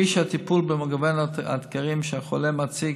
כפי שהטיפול במגוון האתגרים שהחולה מציג